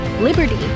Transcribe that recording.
liberty